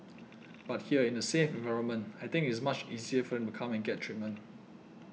but here in a safe environment I think it is much easier for them to come and get treatment